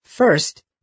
First